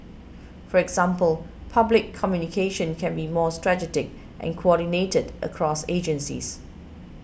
for example public communication can be more strategic and coordinated across agencies